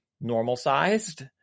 normal-sized